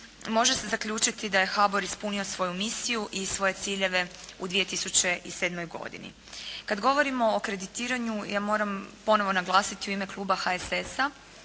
može se zaključiti da je HABOR ispunio svoju misiju i svoje ciljeve u 2007. godini. Kad govorimo o kreditiranju ja moram ponovo naglasiti u ime Kluba HSS-a